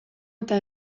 eta